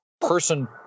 person